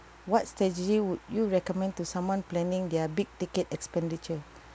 what strategy would you recommend to someone planning their big ticket expenditure